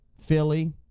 Philly